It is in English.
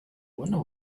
wonder